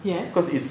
yes